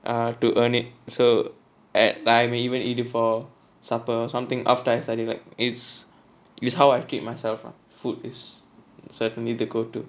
a to earn it so at I will even eat it for supper or something after I study like it's it's how I treat myself food is certainly to go to